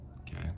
Okay